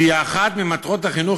ואחת ממטרות החינוך,